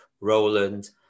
Roland